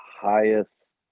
highest